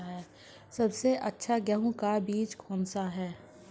सबसे अच्छा गेहूँ का बीज कौन सा है?